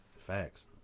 Facts